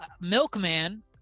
Milkman